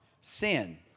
sin